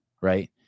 right